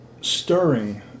stirring